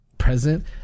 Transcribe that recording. present